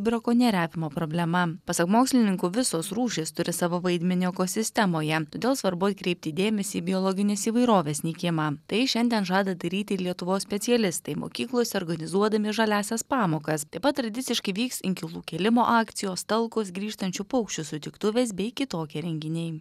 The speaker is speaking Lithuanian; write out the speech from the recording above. brakonieriavimo problema pasak mokslininkų visos rūšys turi savo vaidmenį ekosistemoje todėl svarbu atkreipti dėmesį į biologinės įvairovės nykimą tai šiandien žada daryti ir lietuvos specialistai mokyklose organizuodami žaliąsias pamokas taip pat tradiciškai vyks inkilų kėlimo akcijos talkos grįžtančių paukščių sutiktuvės bei kitokie renginiai